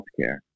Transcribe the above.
healthcare